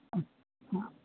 हा